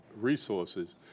resources